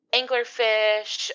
anglerfish